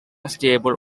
stable